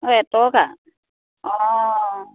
অ' এটকা অঁ